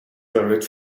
buried